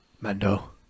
Mando